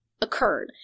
occurred